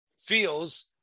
feels